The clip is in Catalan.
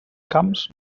camps